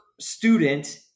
student